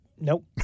Nope